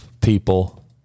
people